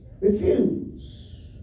Refuse